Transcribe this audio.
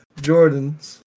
jordan's